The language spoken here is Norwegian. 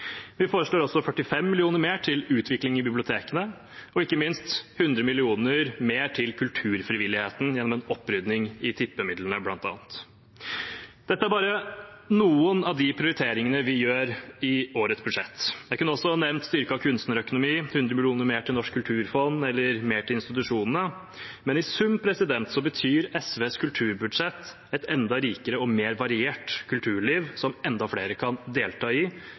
Vi foreslår også 45 mill. kr mer til utvikling av bibliotekene og ikke minst 100 mill. kr mer til kulturfrivilligheten, bl.a. gjennom en opprydding i tippemidlene. Dette er bare noen av de prioriteringene vi gjør i årets budsjett. Jeg kunne også nevnt styrket kunstnerøkonomi, 100 mill. kr mer til Norsk kulturfond, eller mer til institusjonene, men i sum betyr SVs kulturbudsjett et enda rikere og mer variert kulturliv som enda flere kan delta i,